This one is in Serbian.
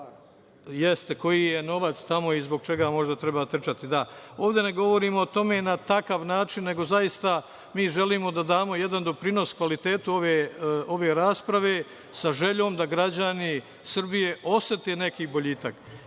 razumno, koji je novac tamo i zbog čega možda treba trčati. Ovde ne govorim o tome na takav način, nego zaista mi želimo da damo jedan doprinos kvalitetu ove rasprave, sa željom da građani Srbije osete neki boljitak. Svakog